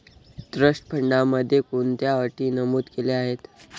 Trust फंडामध्ये कोणत्या अटी नमूद केल्या आहेत?